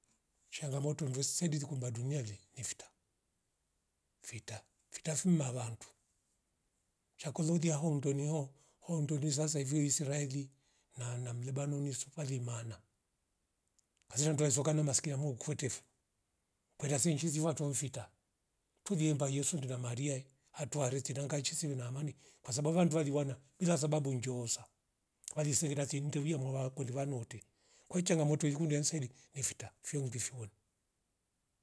Shangamoto ndwe sedi kumba duniale ni vita, vita fuma mavandu shakulolia ho ndweni ho ho nduliza saivi israeli na na mlebanoni sukwa limana kazarindwai soka maskini ya mu kwetefo kwera sinzshi vato womfita tuli emba yosu ndira maria hatuwari tirangara ishini iwe na amani kwasabava ndwali wana bila sababu njoosa alisengeta ntitavia muwa kuliva note ko changamoto ikunda sairi ni fita fyo undi fooni